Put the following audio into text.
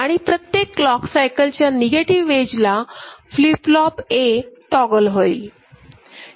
आणि प्रत्येक क्लॉक सायकलच्या नेगेटिव्ह एजला फ्लिप फ्लॉप A टॉगल होईल